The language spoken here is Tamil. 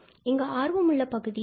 இங்கு ஆர்வமுள்ள பகுதி என்ன